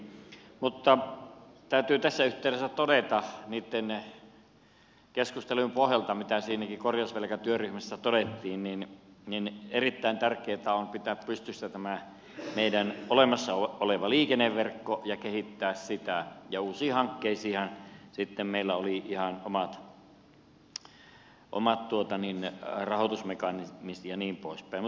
mutta täytyy tässä yhteydessä todeta niitten keskustelujen pohjalta mitä siinäkin korjausvelkatyöryhmässä käytiin että erittäin tärkeätä on pitää pystyssä tämä meidän olemassa oleva liikenneverkko ja kehittää sitä ja uusiin hankkeisiinhan sitten meillä oli ihan omat rahoitusmekanismit ja niin poispäin